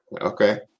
Okay